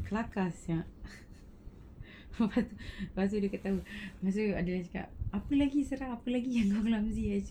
kelakar sia lepas dia dah tahu lepas tu adilah cakap apa lagi sarah apa lagi you clumsy eh